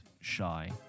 shy